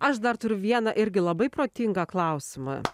aš dar turiu vieną irgi labai protingą klausimą